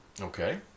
Okay